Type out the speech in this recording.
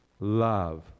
Love